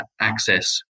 access